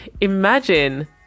imagine